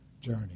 journey